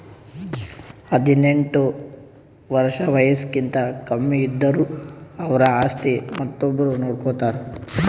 ಹದಿನೆಂಟ್ ವರ್ಷ್ ವಯಸ್ಸ್ಕಿಂತ ಕಮ್ಮಿ ಇದ್ದುರ್ ಅವ್ರ ಆಸ್ತಿ ಮತ್ತೊಬ್ರು ನೋಡ್ಕೋತಾರ್